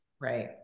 Right